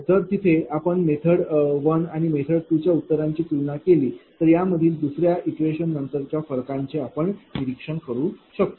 जर तिथे आपण मेथड 1 आणि मेथड 2 च्या उत्तरांची तुलना केली तर यामधील दुसऱ्या इटरेशन नंतरच्या फरकाचे आपण निरीक्षण करू शकतो